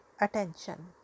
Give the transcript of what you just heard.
attention